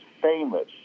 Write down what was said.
famous